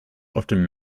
often